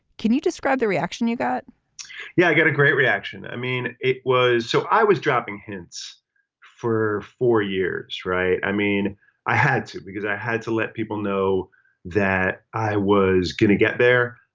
can you describe the reaction you got yeah i get a great reaction. i mean it was so i was dropping hints for four years right. i mean i had to because i had to let people know that i was going to get there.